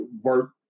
work